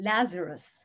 Lazarus